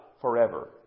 forever